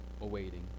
awaiting